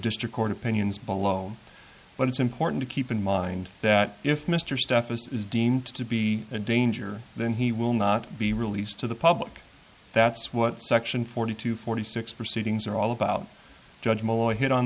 district court opinions below but it's important to keep in mind that if mr stephens is deemed to be a danger then he will not be released to the public that's what section forty two forty six proceedings are all about judge moore hit on